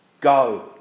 Go